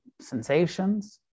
sensations